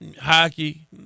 hockey